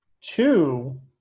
Two